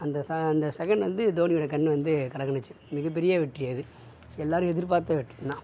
அந்த ச அந்த செகண்ட் வந்து தோனியோடய கண் வந்து கலங்கினுச்சி மிகப்பெரிய வெற்றி அது எல்லாரும் எதிர்பார்த்த வெற்றி தான்